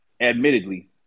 Admittedly